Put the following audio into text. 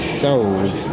sold